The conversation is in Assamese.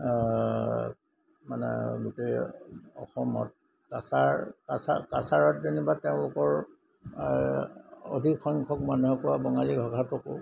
মানে গোটেই অসমত কাছাৰ কাছাৰ কাছাৰত যেনিবা তেওঁলোকৰ অধিক সংখ্যক মানুহকো বঙালী ভাষাটোকো